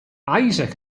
isaac